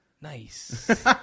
Nice